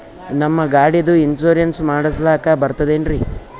ನಮ್ಮ ಗಾಡಿದು ಇನ್ಸೂರೆನ್ಸ್ ಮಾಡಸ್ಲಾಕ ಬರ್ತದೇನ್ರಿ?